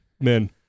Men